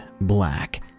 black